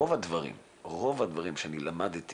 רוב הדברים שאני למדתי